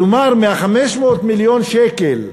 כלומר, מה-500 מיליון שקל,